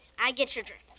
i get your drift.